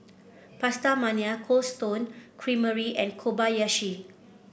PastaMania Cold Stone Creamery and Kobayashi